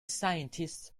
scientist